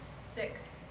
Six